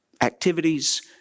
activities